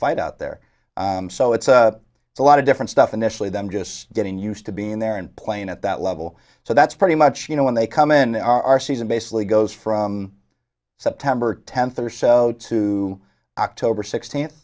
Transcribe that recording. fight out there so it's a lot of different stuff initially than just getting used to being there and playing at that level so that's pretty much you know when they come in our season basically goes from september tenth or so to october sixteenth